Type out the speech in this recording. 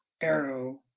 Arrow